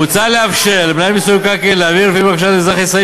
מוצע לאפשר למנהל מיסוי מקרקעין להעביר לפי בקשת אזרח ישראלי